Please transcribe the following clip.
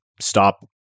stop